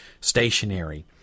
stationary